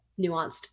nuanced